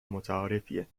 متعارفیه